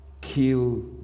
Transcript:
kill